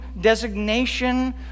designation